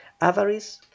Avarice